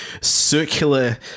circular